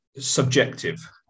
subjective